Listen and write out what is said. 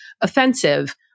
offensive